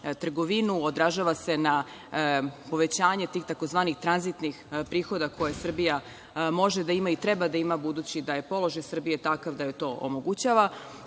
trgovinu, odražava se na povećanje tih tzv. tranzitnih prihoda koje Srbija može da ima i treba da ima budući da je položaj Srbije takav da joj to omogućava.